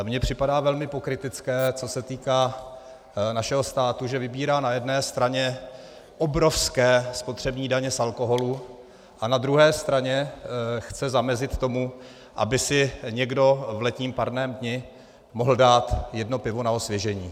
Mně připadá velmi pokrytecké, co se týká našeho státu, že vybírá na jedné straně obrovské spotřební daně z alkoholu a na druhé straně chce zamezit tomu, aby si někdo v letním parném dni mohl dát jedno pivo na osvěžení.